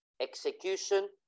execution